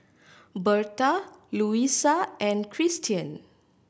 Berta Luisa and Kristian